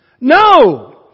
No